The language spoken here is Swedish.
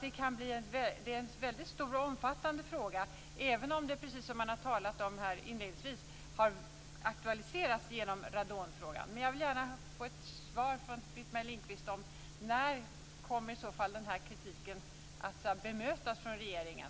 Det är en mycket stor och omfattande fråga, även om det man har talat om här inledningsvis har aktualiserats genom radonfrågan. Jag vill gärna få ett svar från Britt-Marie Lindkvist om när den här kritiken i så fall kommer att bemötas av regeringen.